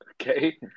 Okay